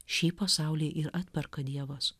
šį pasaulį ir atperka dievas